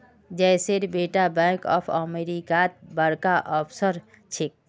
जयेशेर बेटा bank of अमेरिकात बड़का ऑफिसर छेक